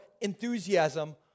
enthusiasm